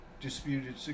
disputed